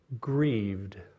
grieved